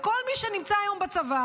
לכל מי שנמצא היום בצבא.